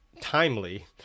timely